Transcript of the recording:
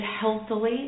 healthily